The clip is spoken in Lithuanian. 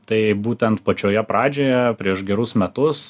tai būtent pačioje pradžioje prieš gerus metus